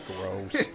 gross